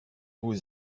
vous